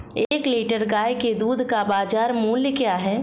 एक लीटर गाय के दूध का बाज़ार मूल्य क्या है?